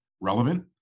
relevant